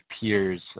peers